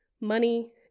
money